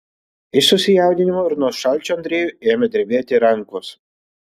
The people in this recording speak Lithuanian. iš susijaudinimo ir nuo šalčio andrejui ėmė drebėti rankos